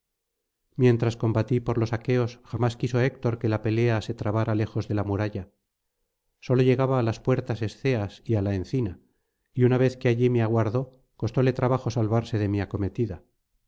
mientras combatí por los aqueos jamás quiso héctor que la pelea se trabara lejos de la muralla sólo llegaba á las puertas esceas y á la encina y una vez que allí me aguardó costóle trabajo salvarse de mi acometida